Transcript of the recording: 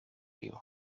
you